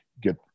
get